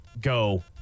go